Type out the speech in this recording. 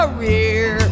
Career